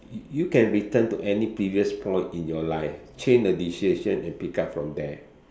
you you can return to any previous point in your life change the decision and pick up from there